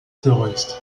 terroriste